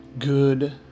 Good